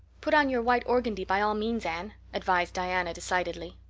put on your white organdy, by all means, anne, advised diana decidedly.